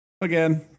again